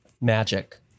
Magic